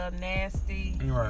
nasty